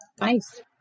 Nice